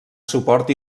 suport